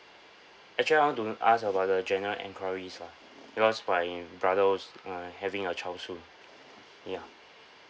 actually I want to ask about the general enquiries lah because my brother was uh having a child soon ya